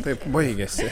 taip baigiasi